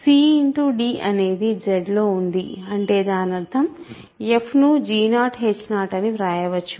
cd అనేది Z లో ఉంది అంటే దానర్థం f ను g0h0 అని వ్రాయవచ్చు